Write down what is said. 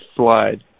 slide